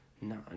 No